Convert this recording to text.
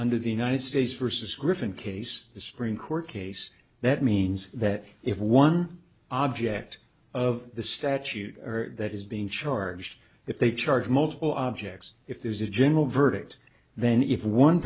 under the united states versus griffin case the supreme court case that means that if one object of the statute that is being charged if they charge multiple objects if there's a general verdict then if one